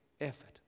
effort